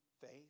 faith